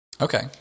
Okay